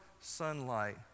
sunlight